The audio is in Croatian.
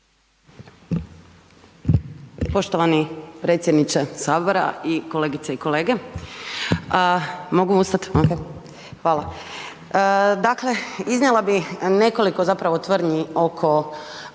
Poštovani predsjedniče sabora i kolegice i kolege, mogu ustati, hvala. Dakle, iznijela bih nekoliko zapravo tvrdnji oko